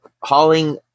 hauling